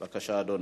בבקשה, אדוני.